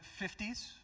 50s